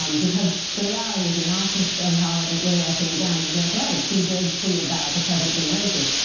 um because the reality is in the optics of how it really actually went down is that it's right. she did tweet about the president being racist.